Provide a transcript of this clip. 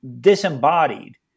disembodied